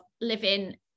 living